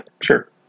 sure